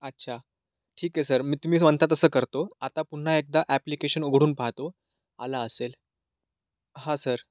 अच्छा ठीक आहे सर मी तुम्ही म्हणता तसं करतो आता पुन्हा एकदा ॲप्लिकेशन उघडून पाहतो आला असेल हा सर